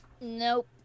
Nope